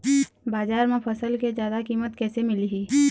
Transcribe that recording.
बजार म फसल के जादा कीमत कैसे मिलही?